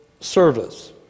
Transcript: service